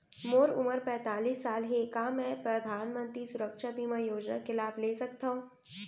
मोर उमर पैंतालीस साल हे का मैं परधानमंतरी सुरक्षा बीमा योजना के लाभ ले सकथव?